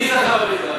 מי זכה במכרז?